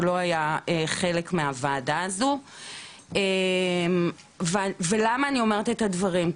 שלא היה חלק מהוועדה הזו ולמה אני אומרת את הדברים?